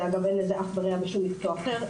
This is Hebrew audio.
ואגב, אין לזה אח ורע בשום מקצוע אחר.